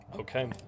Okay